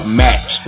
match